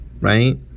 Right